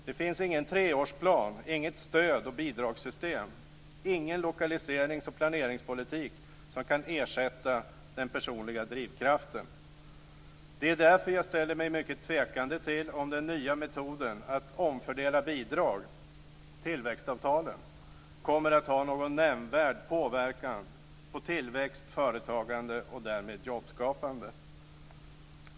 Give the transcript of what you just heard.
Det finns ingen treårsplan, inget stöd och bidragssystem, ingen lokaliserings och planeringspolitik som kan ersätta den personliga drivkraften. Det är därför jag ställer mig mycket tvekande till om den nya metoden att omfördela bidrag - tillväxtavtalen - kommer att ha någon nämnvärd påverkan på tillväxt, företagande och därmed jobbskapande.